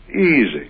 easy